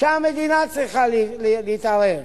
שהמדינה צריכה להתערב,